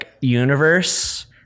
universe